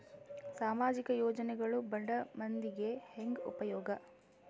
ಸಾಮಾಜಿಕ ಯೋಜನೆಗಳು ಬಡ ಮಂದಿಗೆ ಹೆಂಗ್ ಉಪಯೋಗ?